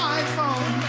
iPhone